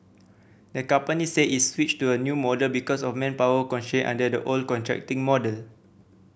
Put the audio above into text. the company said it's switched to a new model because of manpower constraint under the old contracting model